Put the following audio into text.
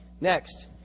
Next